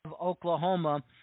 Oklahoma